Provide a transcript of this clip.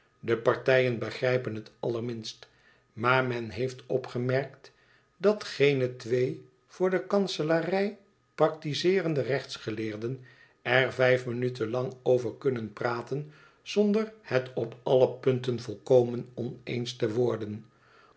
de partijen begrijpen het allerminst maar men heeft opgemerkt dat geene twee voor de kanselarij praktizeerende rechtsgeleerden er vijf minuten lang over kunnen praten zonder het op alle punten volkomen oneens te worden